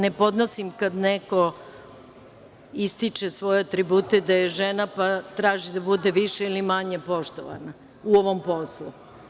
Ne podnosim kad neko ističe svoje atribute da je žena, pa traži da bude više ili manje poštovana u ovom poslu.